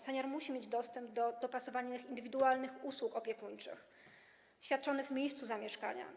Senior musi mieć dostęp do dopasowanych, indywidualnych usług opiekuńczych świadczonych w miejscu zamieszkania.